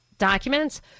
documents